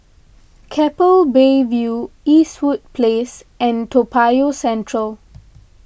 Keppel Bay View Eastwood Place and Toa Payoh Central